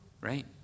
right